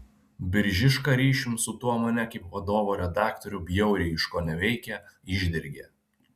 biržiška ryšium su tuo mane kaip vadovo redaktorių bjauriai iškoneveikė išdergė